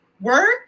work